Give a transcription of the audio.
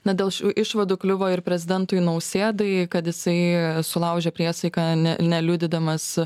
na dėl šių išvadų kliuvo ir prezidentui nausėdai kad jisai sulaužė priesaiką ne ne liūdydamas